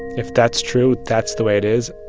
if that's true, that's the way it is.